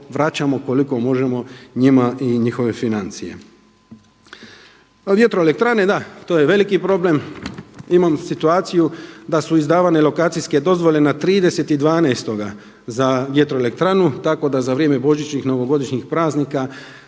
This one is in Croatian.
vraćamo koliko možemo njima i njihove financije. Vjetroelektrane, da, to je veliki problem, imamo situaciju da su izdavane lokacijske dozvole na 30.12. za vjetroelektranu tako da za vrijeme božićnih i novogodišnjih praznika